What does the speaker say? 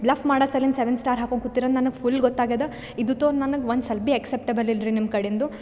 bluff ಮಾಡೋ ಸಲಿಂದ seven star ಹಾಕೊ ಕೂತಿರ್ ನನಗೆ ಫುಲ್ ಗೊತ್ಯಾಗದ ಇದು ತೊ ನನಗೆ ಒಂದು ಸಲ್ಬಿ ಎಕ್ಸೆಪ್ಟೆಬಲ್ ಇಲ್ರಿ ನಿಮ್ಮ ಕಡಿಂದು